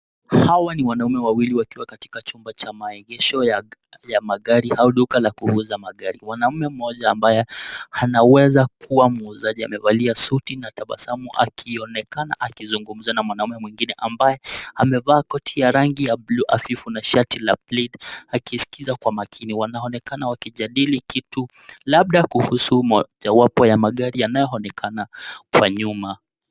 Hawa ni wanaume wawili wakiwa katika chumba cha maekesho ya magari au duka ya kuhusa magari. Mwanaume mmoja ambaye anaweza kuwa mwuzaji amefalia suti na tabasamu akionekana akisungumza na mwanaume mwingine ambaye amevaa koti ya rangi ya blue hafifu na shati ya blead akionekana akisikisa kwa makini wanaonekana wakijadili kitu labda kuhusu jawabu ya magari yanayoonekana kwa nyuma